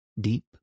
deep